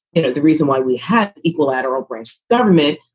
you know, the reason why we had equilateral branch, government,